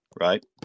right